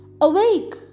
Awake